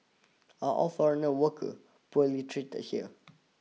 are all foreigner worker poorly treated here